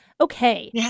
Okay